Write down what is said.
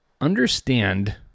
Understand